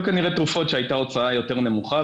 היו כנראה תרופות שהייתה הוצאה יותר נמוכה,